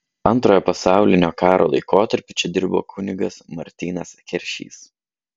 antrojo pasaulinio karo laikotarpiu čia dirbo kunigas martynas keršys